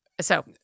So-